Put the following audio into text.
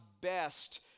best